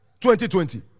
2020